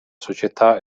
società